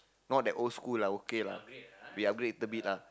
not that old school lah okay lah we upgrade little bit lah